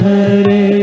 Hare